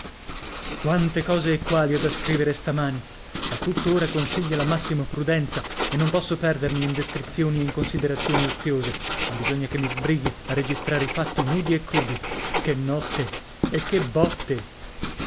quante cose e quali ho da scrivere stamani ma tutto ora consiglia la massima prudenza e non posso perdermi in descrizioni e in considerazioni oziose ma bisogna che mi sbrighi a registrare i fatti nudi e crudi che notte e che botte